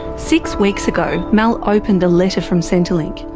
six weeks ago mel opened a letter from centrelink.